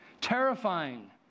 terrifying